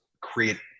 create